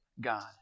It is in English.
God